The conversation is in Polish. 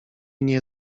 nie